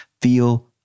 feel